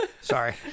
sorry